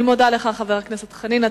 אני מודה לך, חבר הכנסת חנין.